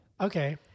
Okay